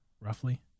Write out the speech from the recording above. roughly